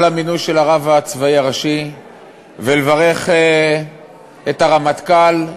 המינוי של הרב הצבאי הראשי ולברך את הרמטכ"ל,